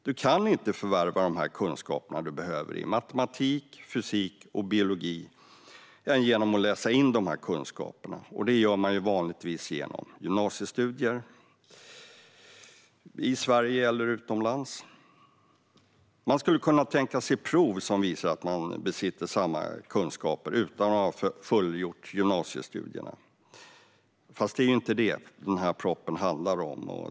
Man kan inte förvärva de kunskaper man behöver i matematik, fysik och biologi på annat sätt än genom att läsa in kunskaperna, och det gör man vanligtvis genom gymnasiestudier i Sverige eller utomlands. Tänkbart skulle vara ett prov som visar att man besitter samma kunskaper utan att ha fullgjort gymnasiestudierna, fast det är ju inte det som propositionen handlar om.